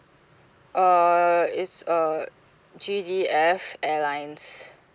uh it's uh G_D_F airlines